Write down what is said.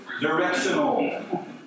directional